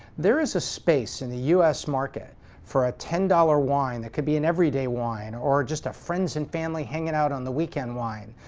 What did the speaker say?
there is a space in the u s. market for a ten dollars wine that could be an everyday wine, or just a friends and family hanging out on the weekend wine.